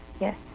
Yes